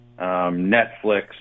Netflix